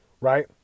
right